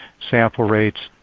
sample rates,